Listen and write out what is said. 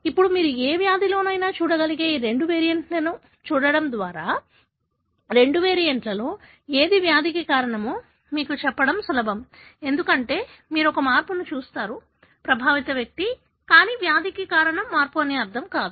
ఇప్పుడు మీరు ఏ వ్యాధిలోనైనా చూడగలిగే ఈ రెండు వేరియంట్లను చూడటం ద్వారా రెండు వేరియంట్లలో ఏది వ్యాధికి కారణమో మీకు చెప్పడం సులభం ఎందుకంటే మీరు ఒక మార్పును చూస్తారు ప్రభావిత వ్యక్తి కానీ వ్యాధికి కారణం మార్పు అని అర్థం కాదు